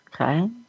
Okay